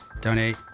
donate